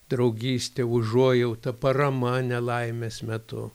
draugystė užuojauta parama nelaimės metu